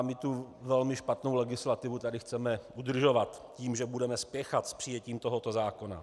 My tu velmi špatnou legislativu tady chceme udržovat tím, že budeme spěchat s přijetím tohoto zákona.